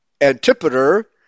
Antipater